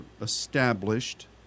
established